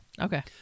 Okay